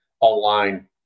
online